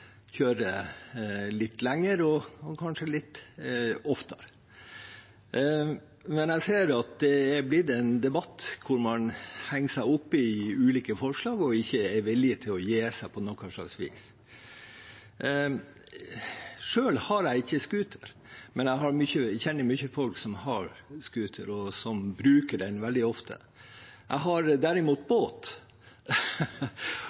litt lenger og litt oftere. Men jeg ser at det er blitt en debatt hvor man henger seg opp i ulike forslag, og ikke er villige til å gi seg på noe slags vis. Selv har jeg ikke scooter, men jeg kjenner mange som har scooter, og som bruker den veldig ofte. Jeg har derimot